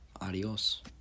adios